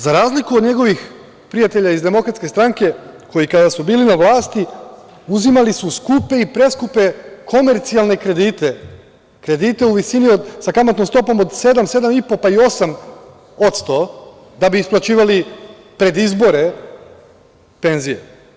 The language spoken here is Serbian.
Za razliku od njegovih prijatelja iz DS koji kada su bili na vlasti uzimali su skupe i preskupe komercijalne kredite, kredite u visini sa kamatnom stopom od 7,5%, pa i 8% da bi isplaćivali pred izbore penzije.